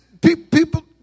people